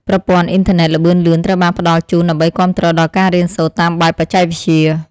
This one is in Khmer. ប្រព័ន្ធអ៊ីនធឺណិតល្បឿនលឿនត្រូវបានផ្តល់ជូនដើម្បីគាំទ្រដល់ការរៀនសូត្រតាមបែបបច្ចេកវិទ្យា។